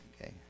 Okay